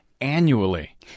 annually